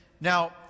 Now